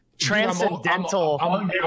transcendental